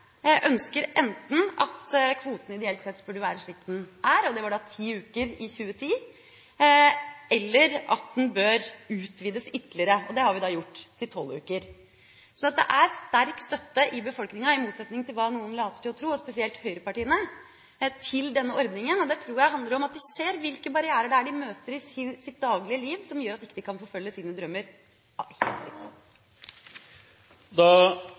ønsker enten at kvoten ideelt sett burde være slik den er, og det var da ti uker i 2010, eller at den bør utvides ytterligere, og det har vi gjort, til tolv uker. Så det er sterk støtte i befolkninga til denne ordninga, i motsetning til hva noen later til å tro, og spesielt høyrepartiene. Det tror jeg handler om at de ser hvilke barrierer det er de møter i sitt daglige liv som gjør at de ikke kan følge sine drømmer